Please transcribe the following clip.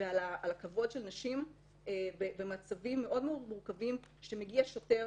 ועל הכבוד של נשים במצבים מאוד מורכבים שמגיע שוטר